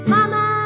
Mama